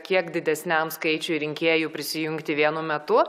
kiek didesniam skaičiui rinkėjų prisijungti vienu metu